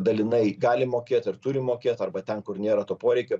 dalinai gali mokėt ir turi mokėt arba ten kur nėra to poreikio